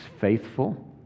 faithful